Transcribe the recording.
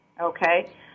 okay